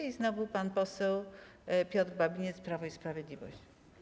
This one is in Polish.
I znowu pan poseł Piotr Babinetz, Prawo i Sprawiedliwość.